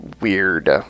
weird